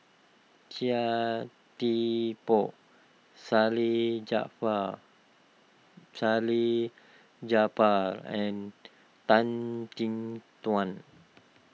Chia Thye Poh Salleh Japar Salleh Japar and Tan Chin Tuan